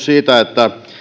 siitä kun